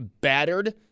battered